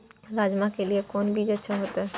राजमा के लिए कोन बीज अच्छा होते?